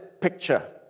picture